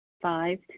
Five